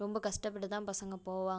ரொம்ப கஷ்டப்பட்டு தான் பசங்கள் போவாங்கள்